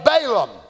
Balaam